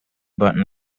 button